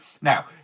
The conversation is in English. Now